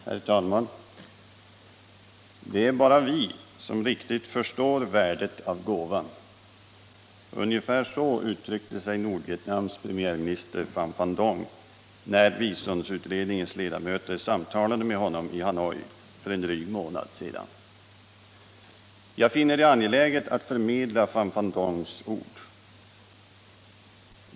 Herr talman! ”Det är bara vi som riktigt förstår värdet av gåvan.” Så uttryckte sig Nordvietnams premiärminister Pham Van Dong när biståndsutredningens ledamöter samtalade med honom i Hanoi för en dryg månad sedan. Jag finner det angeläget att förmedla Pham Van Dongs ord.